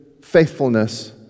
faithfulness